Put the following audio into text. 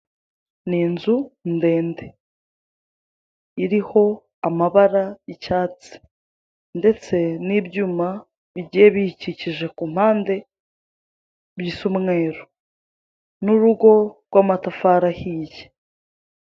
Ni inzu ndese, iriho amabara y'icyatsi ndetse n'ibyuma bigiye biyikikijje ku mpande bisa umweru, n'urugo rw'amatafari ahiye.